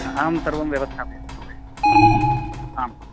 अहं सर्वं व्यवस्थापयामि महोदय आम् आम्